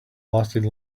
lasted